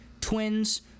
Twins